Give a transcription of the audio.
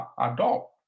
adult